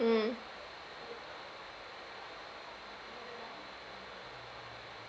mm